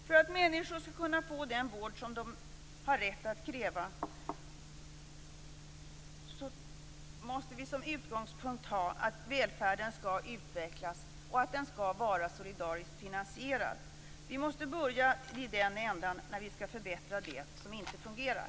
För att människor skall kunna få den vård som de har rätt att kräva måste vi ha som utgångspunkt att välfärden skall utvecklas och att den skall vara solidariskt finansierad. Vi måste börja i den änden när vi skall förändra det som inte fungerar.